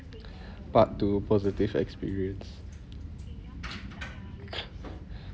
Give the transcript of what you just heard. part two positive experience